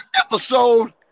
episode